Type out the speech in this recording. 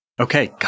Okay